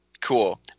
Cool